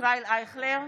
ישראל אייכלר,